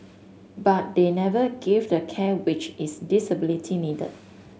but they never gave the care which its disability needed